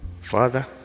Father